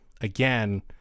again